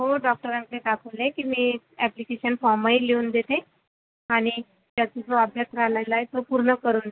हो डॉक्टरांकडे दाखवलं आहे ती नी अॅप्लिकेशन फॉर्मही लिहून देते आणि त्याचा जो अभ्यास राहिलेला तो पूर्ण करून देते